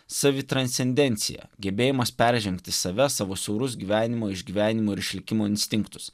savi transcendenciją gebėjimas peržengti save savo siaurus gyvenimo išgyvenimo ir išlikimo instinktus